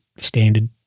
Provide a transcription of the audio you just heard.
standard